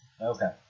Okay